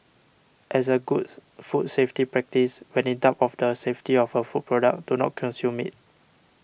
as a good food safety practice when in doubt of the safety of a food product do not consume it